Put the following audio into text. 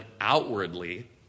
outwardly